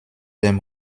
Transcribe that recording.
dem